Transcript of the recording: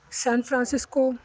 San Francisco